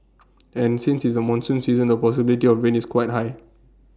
and since it's the monsoon season the possibility of rain is quite high